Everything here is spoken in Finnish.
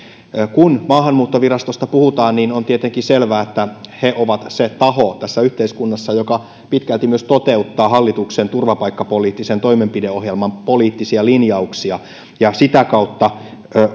kun maahanmuuttovirastosta puhutaan on tietenkin selvää että he ovat se taho tässä yhteiskunnassa joka pitkälti myös toteuttaa hallituksen turvapaikkapoliittisen toimenpideohjelman poliittisia linjauksia sitä kautta